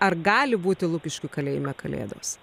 ar gali būti lukiškių kalėjime kalėdos